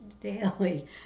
daily